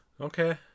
Okay